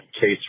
case